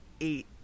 eight